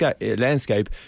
landscape